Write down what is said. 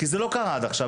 זה לא קרה עד עכשיו,